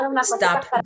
stop